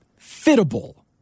fittable